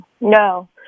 No